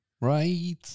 Right